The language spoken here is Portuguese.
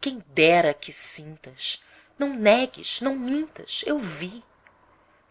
quem dera que sintas não negues não mintas eu vi